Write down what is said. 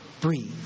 breathe